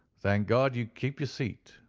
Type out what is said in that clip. thank god you kept your seat,